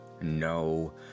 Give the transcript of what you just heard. No